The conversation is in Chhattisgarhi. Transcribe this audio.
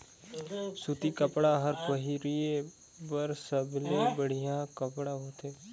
सूती कपड़ा हर पहिरे बर सबले बड़िहा कपड़ा होथे